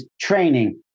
training